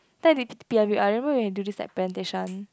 that will be I don't even want to do this like presentation